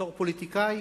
בתור פוליטיקאי,